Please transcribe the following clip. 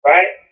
Right